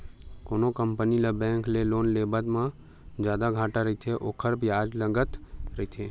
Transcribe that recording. कोनो कंपनी ल बेंक ले लोन लेवब म जादा घाटा रहिथे, ओखर बियाज नँगत रहिथे